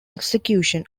execution